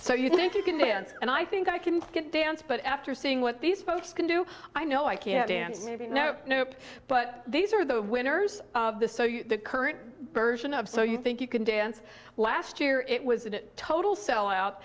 so you think you can dance and i think i can get dance but after seeing what these folks can do i know i can dance you know nope but these are the winners of the so you current version of so you think you can dance last year it was a total sellout